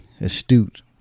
astute